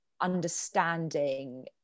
understanding